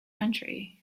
country